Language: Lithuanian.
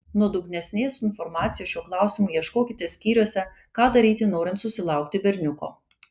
nuodugnesnės informacijos šiuo klausimu ieškokite skyriuose ką daryti norint susilaukti berniuko